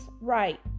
Right